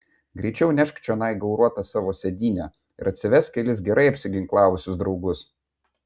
greičiau nešk čionai gauruotą savo sėdynę ir atsivesk kelis gerai apsiginklavusius draugus